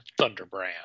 Thunderbrand